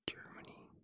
Germany